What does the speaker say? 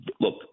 look